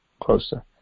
closer